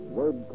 word